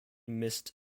missed